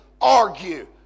argue